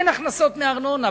אין הכנסות מארנונה.